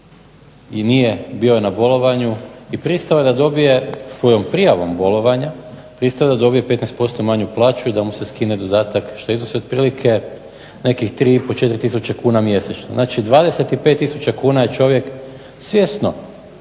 i nije, bio je na bolovanju i pristao je da dobije svojom prijavom bolovanja, pristao je da dobije 15% manju plaću, da mu se skine dodatak što iznosi otprilike nekih 3500, 4000 kuna mjesečno. Znači 25 tisuća kuna je čovjek svjesno,